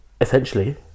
Essentially